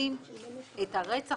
מכניסים את רצח